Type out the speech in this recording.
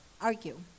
Argue